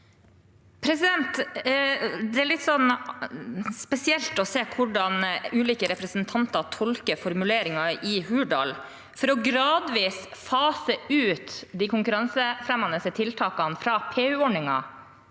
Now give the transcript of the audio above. Det er litt spesi- elt å se hvordan ulike representanter tolker formuleringen i Hurdalsplattformen. Gradvis å fase ut de konkurransefremmende tiltakene fra PU-ordningen